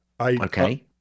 Okay